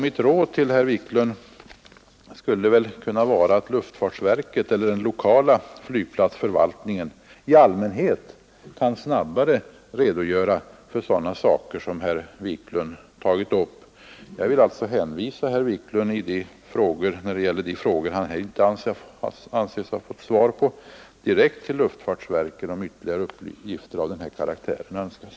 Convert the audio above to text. Mitt råd till herr Wiklund skulle kunna vara att vända sig till luftfartsverket eller den lokala flygplatsförvaltningen, som i allmänhet snabbare kan redogöra för sådana saker som herr Wiklund tagit upp. Jag vill alltså hänvisa herr Wiklund, när det gäller de frågor han inte anser sig ha fått svar på, direkt till luftfartsverket, om ytterligare uppgifter önskas.